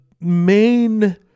main